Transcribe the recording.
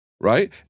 right